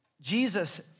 Jesus